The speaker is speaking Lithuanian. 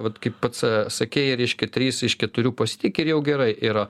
vat kai pats sakei reiškia trys iš keturių pasitiki ir jau gerai yra